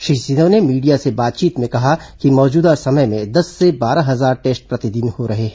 श्री सिंहदेव ने मीडिया से बातचीत में कहा कि मौजूदा समय में दस से बारह हजार टेस्ट प्रतिदिन हो रहे हैं